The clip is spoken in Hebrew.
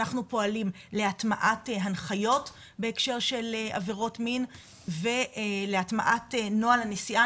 אנחנו פועלים להטמעת הנחיות בהקשר של עבירות מין ולהטמעת נוהל הנשיאה.